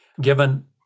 Given